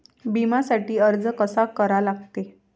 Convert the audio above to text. बिम्यासाठी अर्ज कसा करा लागते?